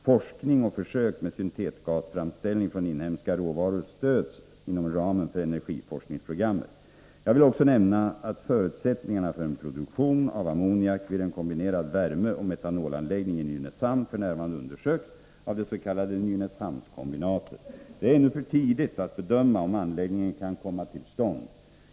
Forskning och försök med syntesgasframställning från inhemska råvaror stöds inom ramen för energiforskningsprogrammet. Jag vill också nämna att förutsättningarna för en produktion av ammoniak vid en kombinerad värmeoch metanolanläggning i Nynäshamn f.n. undersöks av det s.k. Nynäshamnskombinatet. Det är ännu för tidigt att bedöma om anläggningen kan komma till stånd.